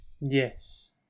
Yes